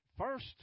First